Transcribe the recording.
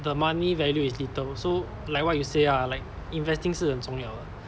the money value is little so like what you say ah like investing 是很重要啦